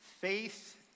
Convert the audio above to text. faith